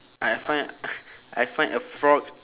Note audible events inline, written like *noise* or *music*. I find *noise* I find a frog